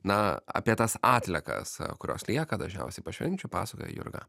na apie tas atliekas kurios lieka dažniausiai po švenčių pasakoja jurga